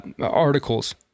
articles